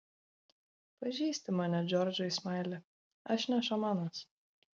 pažįsti mane džordžai smaili aš ne šamanas